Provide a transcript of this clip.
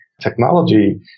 technology